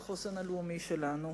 מהחוסן הלאומי שלנו.